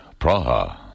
Praha